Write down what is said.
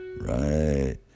Right